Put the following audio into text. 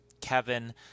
Kevin